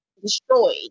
destroyed